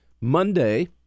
Monday